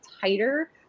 tighter